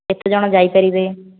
କେତେ ଜଣ ଯାଇ ପାରିବେ